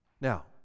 now